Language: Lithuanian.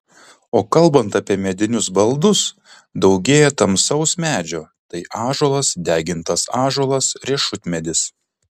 o kalbant apie medinius baldus daugėja tamsaus medžio tai ąžuolas degintas ąžuolas riešutmedis